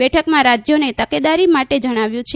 બેઠકમાં રાજ્યોને તકેદારી માટે જણાવ્યું છે